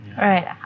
right